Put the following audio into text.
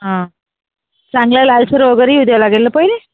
हां चांगला लालसर वगैरे येऊ द्यावा लागेल ना पहिले